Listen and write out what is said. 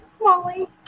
Molly